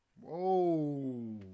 Whoa